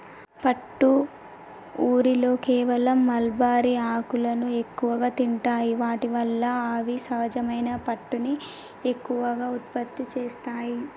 పట్టు ఊరిలో కేవలం మల్బరీ ఆకులను ఎక్కువగా తింటాయి వాటి వల్ల అవి సహజమైన పట్టుని ఎక్కువగా ఉత్పత్తి చేస్తాయి